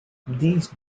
these